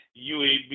UAB